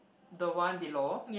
the one below